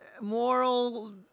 moral